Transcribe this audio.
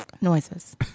noises